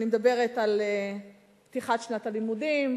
אני מדברת על פתיחת שנת הלימודים,